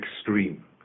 extreme